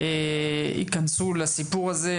ייכנסו לסיפור הזה.